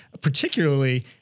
particularly